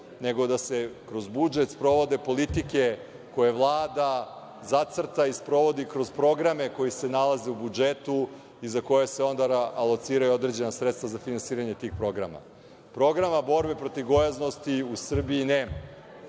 nego da se kroz budžet sprovode politike koje Vlada zacrta i sprovodi kroz programe koji se nalaze u budžetu i za koje se onda alociraju određena sredstva za finansiranje tih programa. Programa borbe protiv gojaznosti u Srbiji nema.